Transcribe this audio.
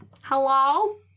Hello